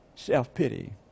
self-pity